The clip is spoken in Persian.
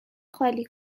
خالی